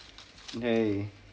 dey